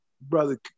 Brother